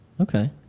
Okay